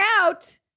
out